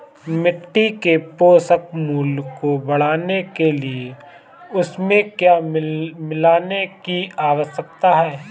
मिट्टी के पोषक मूल्य को बढ़ाने के लिए उसमें क्या मिलाने की आवश्यकता है?